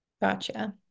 Gotcha